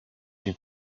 une